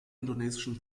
indonesischen